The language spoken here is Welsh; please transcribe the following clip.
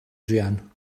druan